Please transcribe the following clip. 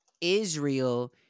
Israel